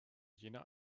jener